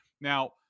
Now